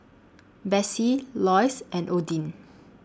Besse Loyce and Odin